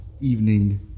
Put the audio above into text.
evening